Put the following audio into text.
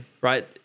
Right